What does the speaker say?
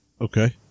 Okay